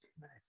Nice